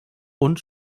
und